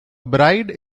bride